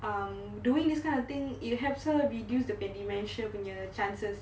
um doing this kind of thing it helps her reduce the dementia punya chances